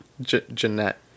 Jeanette